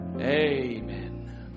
Amen